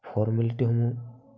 ফৰ্মেলিটীসমূহ